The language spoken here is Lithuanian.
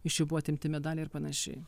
iš jų buvo atimti medaliai ir panašiai